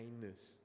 kindness